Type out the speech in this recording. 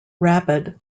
rapid